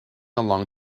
along